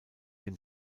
dem